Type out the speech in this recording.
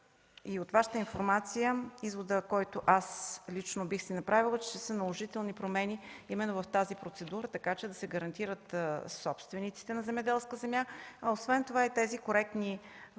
и от Вашата информация изводът, който аз лично бих си направила, е, че ще са наложителни промени именно в тази процедура, така че да се гарантират собствениците на земеделска земя, а освен това и тези коректни платци,